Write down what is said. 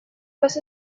was